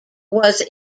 was